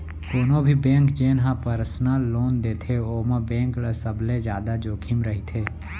कोनो भी बेंक जेन ह परसनल लोन देथे ओमा बेंक ल सबले जादा जोखिम रहिथे